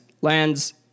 lands